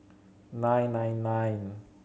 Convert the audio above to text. nine nine nine